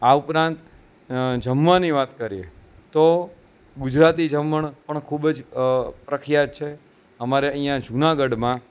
આ ઉપરાંત જમવાની વાત કરીએ તો ગુજરાતી જમણ પણ ખૂબ જ પ્રખ્યાત છે અમારે અહીંયાં જૂનાગઢમાં